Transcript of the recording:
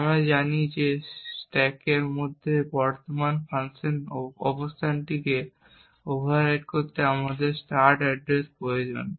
আমি জানি যে স্ট্যাকের মধ্যে বর্তমান ফাংশন অবস্থানটিকে ওভাররাইড করতে আমাদের স্টার্ট অ্যাড্রেস প্রয়োজন